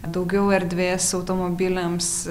daugiau erdvės automobiliams